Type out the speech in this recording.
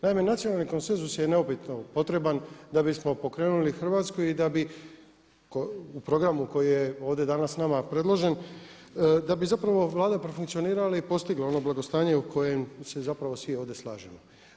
Naime, nacionalni konsenzus je neupitno potreban da bismo pokrenuli Hrvatsku i da bi u programu koji je ovdje danas nama predložen da bi zapravo Vlada profunkcionirala i postigla ono blagostanje u kojem se zapravo svi ovdje slažemo.